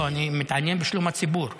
לא, אני מתעניין בשלום הציבור.